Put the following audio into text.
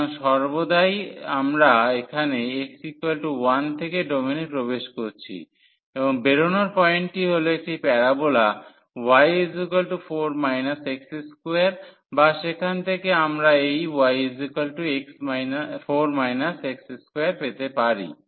সুতরাং সর্বদা আমরা এখানে x1 থেকে ডোমেনে প্রবেশ করছি এবং বেরনোর পয়েন্টটি হল একটি প্যারাবোলা y4 x2 বা সেখান থেকে আমরা এই y4 x2 পেতে পারি